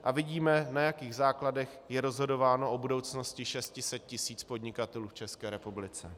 A vidíme, na jakých základech je rozhodováno o budoucnosti 600 tisíc podnikatelů v České republice.